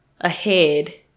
ahead